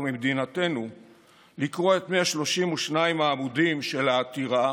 ממדינתנו לקרוא את 132 העמודים של העתירה